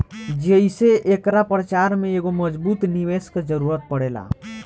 जेइसे एकरा प्रचार में एगो मजबूत निवेस के जरुरत पड़ेला